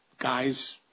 guys